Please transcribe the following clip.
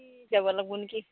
যাব লাগব নেকি